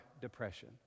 depression